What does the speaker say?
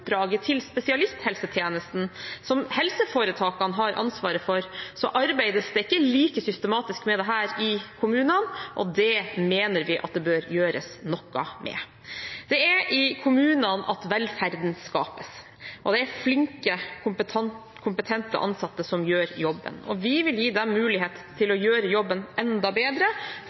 til spesialisthelsetjenesten, som helseforetakene har ansvaret for, arbeides det ikke like systematisk med dette i kommunene, og det mener vi det bør gjøres noe med. Det er i kommunene velferden skapes, og det er flinke, kompetente ansatte som gjør jobben. Vi vil gi dem mulighet til å gjøre jobben enda bedre